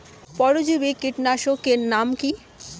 পরজীবী কীটনাশকের নাম কি?